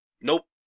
Nope